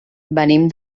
venim